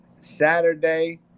Saturday